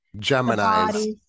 Gemini